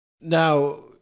Now